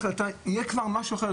זה יהיה כבר משהו אחר,